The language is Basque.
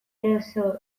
eroso